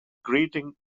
grating